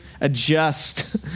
adjust